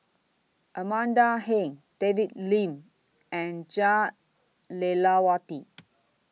Amanda Heng David Lim and Jah Lelawati